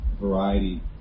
variety